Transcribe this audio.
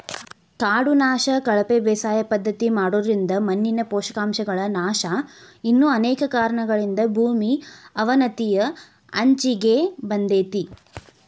ಕಾಡು ನಾಶ, ಕಳಪೆ ಬೇಸಾಯ ಪದ್ಧತಿ ಮಾಡೋದ್ರಿಂದ ಮಣ್ಣಿನ ಪೋಷಕಾಂಶಗಳ ನಾಶ ಇನ್ನು ಅನೇಕ ಕಾರಣಗಳಿಂದ ಭೂಮಿ ಅವನತಿಯ ಅಂಚಿಗೆ ಬಂದೇತಿ